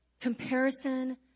Comparison